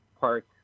park